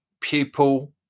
pupil